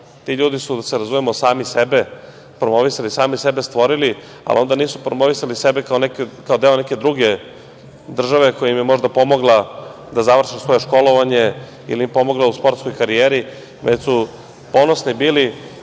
ti ljudi su sami sebe promovisali, sami sebe stvorili, ali onda nisu promovisali sebe kao deo neke druge države koja im je možda pomogla da završe svoje školovanje ili im pomogla u sportskoj karijeri, već su ponosni bili